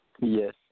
Yes